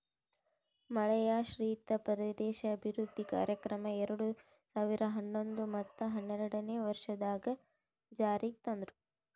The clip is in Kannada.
ಮಳೆಯಾಶ್ರಿತ ಪ್ರದೇಶ ಅಭಿವೃದ್ಧಿ ಕಾರ್ಯಕ್ರಮ ಎರಡು ಸಾವಿರ ಹನ್ನೊಂದು ಮತ್ತ ಹನ್ನೆರಡನೇ ವರ್ಷದಾಗ್ ಜಾರಿಗ್ ತಂದ್ರು